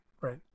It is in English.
right